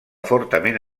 fortament